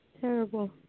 Terrible